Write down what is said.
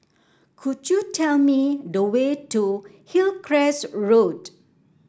could you tell me the way to Hillcrest Road